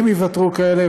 אם יוותרו כאלה,